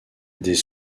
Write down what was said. des